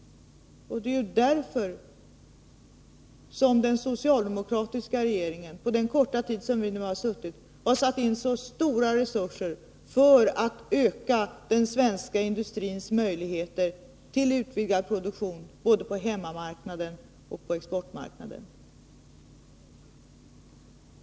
Det är ju därför som den socialdemokratiska regeringen, på den korta tid vi har haft, har satt in så stora resurser för att öka den svenska industrins möjligheter till utvidgad produktion både för hemmamarknaden och för exportmarknaden.